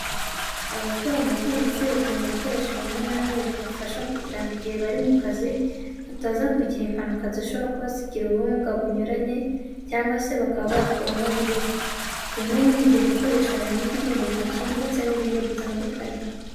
Abakora mu bwubatsi bakenera ibikoresho bimwe na bimwe bibafasha kugira ngo igihe bari mu kazi bataza kugira impanuka zishobora kubasigira ubumuga bunyuranye cyangwa se bakaba bakuramo n'urupfu. Bimwe muri ibyo bikoresho harimo ibirinda intoki ndetse n'ibindi bitandukanye.